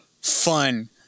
fun